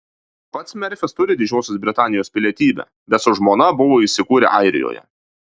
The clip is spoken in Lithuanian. pats merfis turi didžiosios britanijos pilietybę bet su žmona buvo įsikūrę airijoje